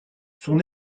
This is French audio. son